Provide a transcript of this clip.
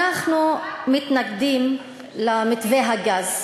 אנחנו מתנגדים למתווה הגז.